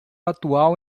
atual